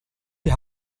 die